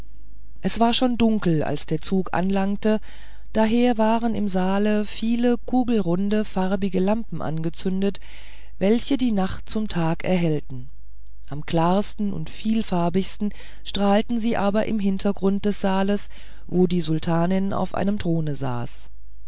es war schon dunkel als der zug anlangte daher waren im saale viele kugelrunde farbige lampen angezündet welche die nacht zum tag erhellten am klarsten und vielfarbigsten strahlten sie aber im hintergrund des saales wo die sultanin auf einem throne saß